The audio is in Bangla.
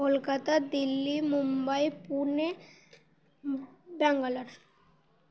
কলকাতা দিল্লি মুম্বাই পুনে ব্যাঙ্গালোর